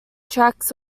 tracks